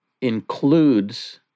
includes